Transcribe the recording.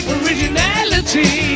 originality